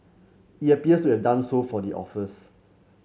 it appears to have done so for the authors